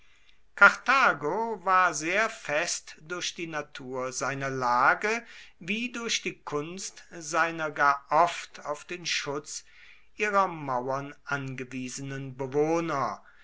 war sehr fest durch die natur seiner lage wie durch die kunst seiner gar oft auf den schutz ihrer mauern angewiesenen bewohner